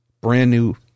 brand-new